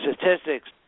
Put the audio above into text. statistics